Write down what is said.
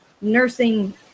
nursing